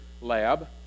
lab